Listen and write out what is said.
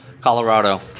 Colorado